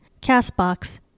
CastBox